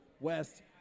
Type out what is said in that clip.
West